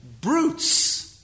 brutes